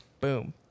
Boom